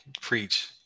preach